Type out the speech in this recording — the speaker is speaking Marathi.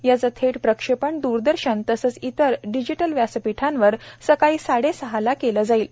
याचं थेट प्रक्षेपण द्ररदर्शन तसंच इतर डिजिटल व्यासपीठांवर सकाळी साडेसहाला केलं जाईल